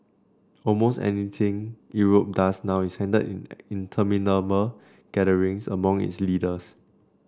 almost anything Europe does now is handled in interminable gatherings among its leaders